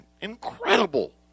Incredible